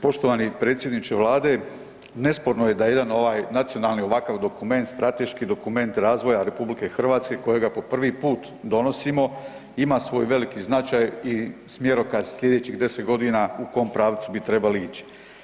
Poštovani predsjedniče Vlade nesporno je da jedan ovaj nacionalni ovakav dokument, strateški dokument razvoja RH kojega po prvi put donosimo ima svoj veliki značaj i smjerokaz slijedećih 10 godina u kom pravcu bi trebali ići.